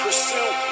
Pursue